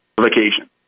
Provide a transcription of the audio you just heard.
vacation